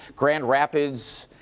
grand rapids,